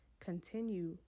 continue